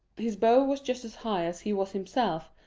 his bow was just as high as he was himself,